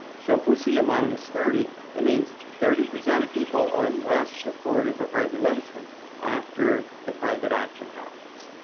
so if we see a minus thirty, it means thirty percent of people are less supportive of regulation after the private action happens,